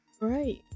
Right